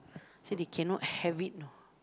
say they cannot have it